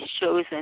chosen